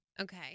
Okay